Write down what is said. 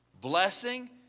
Blessing